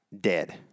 dead